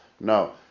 No